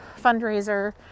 fundraiser